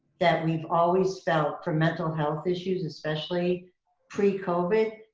that we've always felt, for mental health issues, especially pre-covid,